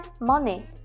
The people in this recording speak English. Money